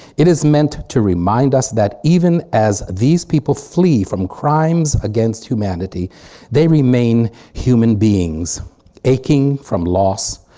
it is meant to remind us that even as these people flee from crimes against humanity they remain human beings aching from loss,